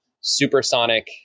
supersonic